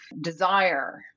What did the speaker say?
desire